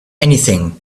anything